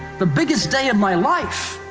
the biggest day in my life,